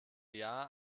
jahr